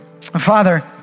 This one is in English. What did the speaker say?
Father